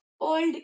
old